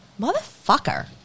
motherfucker